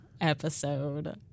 episode